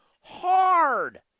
hard